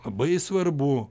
labai svarbu